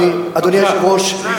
אדוני היושב-ראש,